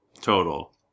total